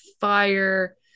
fire